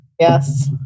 Yes